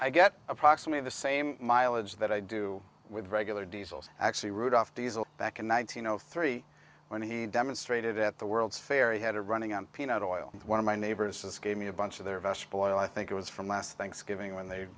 i get approximately the same mileage that i do with regular diesels actually rudolf diesel back in one thousand nine hundred three when he demonstrated at the world's fair he had running on peanut oil one of my neighbors just gave me a bunch of their best boil i think it was from last thanksgiving when they